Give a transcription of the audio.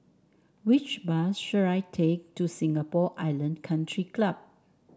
which bus should I take to Singapore Island Country Club